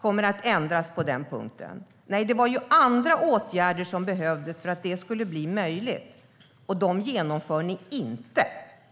kommer att ändras över en natt. Nej, det behövs andra åtgärder för att det ska bli möjligt, men dem genomför ni inte.